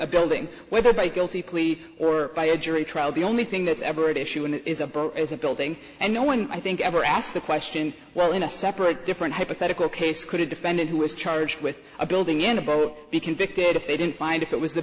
a building whether by guilty plea or by a jury trial the only thing that's ever an issue in is a as a building and no one i think ever asked the question well in a separate different hypothetical case could a defendant who was charged with a building in a boat be convicted if they didn't find if it was the